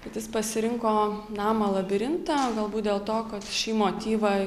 bet jis pasirinko namą labirintą galbūt dėl to kad šį motyvą